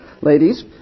ladies